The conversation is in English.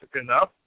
enough